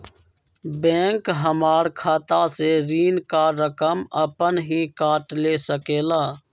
Bank हमार खाता से ऋण का रकम अपन हीं काट ले सकेला?